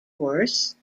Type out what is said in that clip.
course